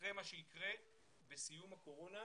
אחרי מה שיקרה בסיום הקורונה,